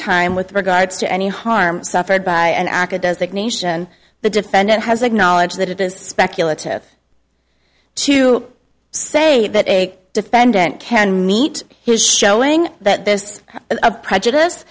time with regard to any harm suffered by an aca designation the defendant has acknowledged that it is speculative to say that a defendant can meet his showing that this is a prejudice